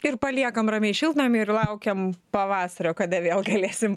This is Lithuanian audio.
ir paliekam ramiai šiltnamį ir laukiam pavasario kada vėl galėsim